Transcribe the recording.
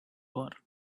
war